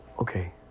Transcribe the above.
okay